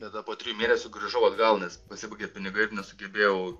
tada po trijų mėnesių grįžau atgal nes pasibaigė pinigai ir nesugebėjau